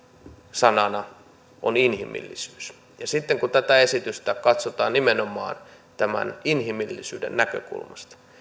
sanana on inhimillisyys ja sitten kun tätä esitystä katsotaan nimenomaan inhimillisyyden näkökulmasta